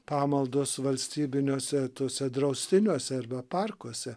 pamaldos valstybiniuose tuose draustiniuose arba parkuose